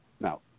Now